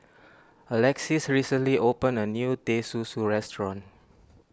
Alexis recently opened a new Teh Susu restaurant